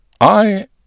I